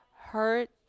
hurt